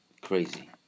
crazy